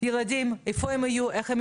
יום טוב, בבקשה.